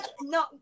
No